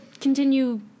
continue